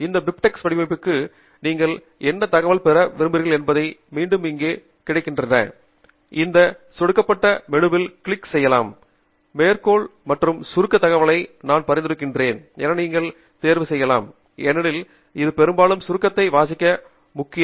இந்த பிபிட்ஸ் வடிவமைப்புக்கு நீங்கள் என்ன தகவல் பெற விரும்புகிறீர்கள் என்பது மீண்டும் இங்கே கிடைக்கப்பெறுகிறது இந்த சொடுக்கப்பட்ட மெனுவில் கிளிக் செய்யலாம் மேற்கோள் மற்றும் சுருக்க தகவலை நான் பரிந்துரைக்கிறேன் என நீங்கள் தேர்வு செய்யலாம் ஏனெனில் அது பெரும்பாலும் சுருக்கத்தை வாசிக்க முக்கியம்